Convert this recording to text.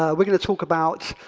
um we're going to talk about